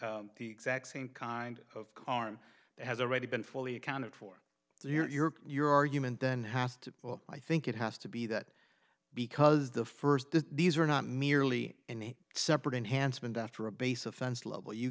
exact same kind of arm that has already been fully accounted for so your your argument then has to well i think it has to be that because the first these are not merely any separate enhancement after a base offense level you